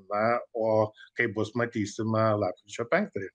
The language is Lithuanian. na o kaip bus matysime lapkričio penktąją